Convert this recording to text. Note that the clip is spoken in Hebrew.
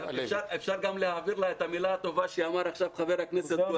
אפשר גם להעביר לה את המילה הטובה שאמר עכשיו חבר הכנסת גולן.